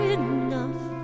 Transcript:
enough